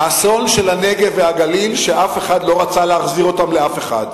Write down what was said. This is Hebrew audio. האסון של הנגב והגליל הוא שאף אחד לא רצה להחזיר אותם לאף אחד.